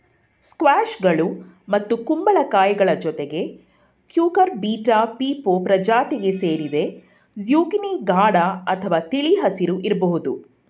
ಸ್ಕ್ವಾಷ್ಗಳು ಮತ್ತು ಕುಂಬಳಕಾಯಿಗಳ ಜೊತೆಗೆ ಕ್ಯೂಕರ್ಬಿಟಾ ಪೀಪೊ ಪ್ರಜಾತಿಗೆ ಸೇರಿದೆ ಜುಕೀನಿ ಗಾಢ ಅಥವಾ ತಿಳಿ ಹಸಿರು ಇರ್ಬೋದು